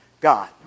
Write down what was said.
God